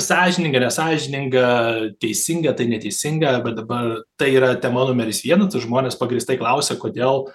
sąžininga nesąžininga teisinga tai neteisinga bet dabar tai yra tema numeris vienas žmonės pagrįstai klausia kodėl